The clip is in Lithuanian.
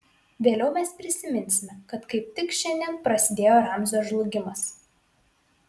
vėliau mes prisiminsime kad kaip tik šiandien prasidėjo ramzio žlugimas